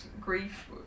grief